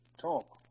talk